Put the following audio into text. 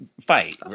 fight